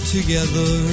Together